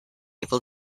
able